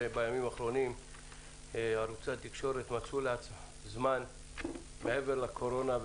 בימים האחרונים ערוצי התקשורת מצאו לעצמם זמן מעבר לקורונה,